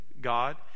God